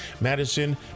Madison